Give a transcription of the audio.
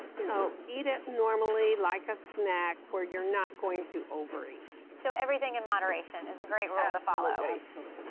you know, eat it normally like a snack where you're not going to overeat. so everything in moderation is a great rule to follow? absolutely.